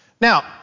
Now